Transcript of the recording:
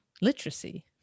literacy